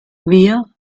wir